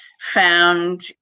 found